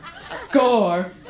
Score